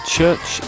Church